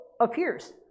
appears